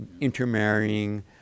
intermarrying